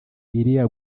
iriya